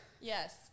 Yes